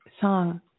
song